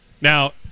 Now